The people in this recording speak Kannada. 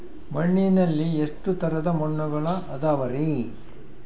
ಮಣ್ಣಿನಲ್ಲಿ ಎಷ್ಟು ತರದ ಮಣ್ಣುಗಳ ಅದವರಿ?